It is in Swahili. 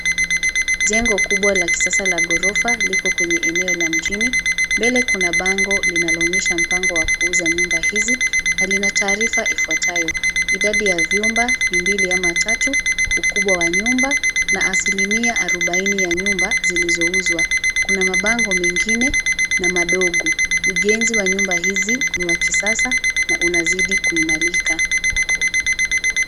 Jengo kubwa la kisasa la ghorofa liko kwenye eneo la mjini. Mbele kuna bango linaloonyesha mpango wa kuuza nyumba hizi na lina taarifa ifuatayo, idadi ya vyumba ni mbili ama tatu, ukubwa wa nyumba na asilimia arubaini ya nyumba zilizouzwa. Kuna mabango mengine na madogo. Ujenzi wa nyumba hizi ni wa kisasa na unazidi kuimalika.